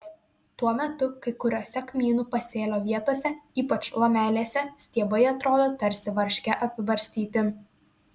tuo metu kai kuriose kmynų pasėlio vietose ypač lomelėse stiebai atrodo tarsi varške apibarstyti